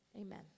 amen